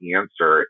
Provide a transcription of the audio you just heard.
answer